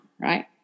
right